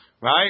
Right